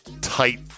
tight